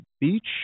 Beach